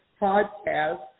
podcast